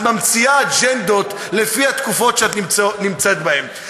את ממציאה אג'נדות לפי התקופות שאת נמצאת בהן.